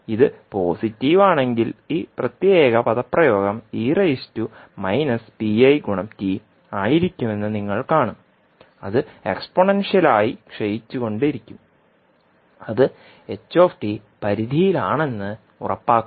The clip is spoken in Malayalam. ഇത് പോസിറ്റീവ് ആണെങ്കിൽ ഈ പ്രത്യേക പദപ്രയോഗം ആയിരിക്കുമെന്ന് നിങ്ങൾ കാണും അത് എക്സ്പോണൻഷൃലായി ക്ഷയിച്ചുകൊണ്ടിരിക്കും അത് പരിധിയിലാണെന്ന് ഉറപ്പാക്കുന്നു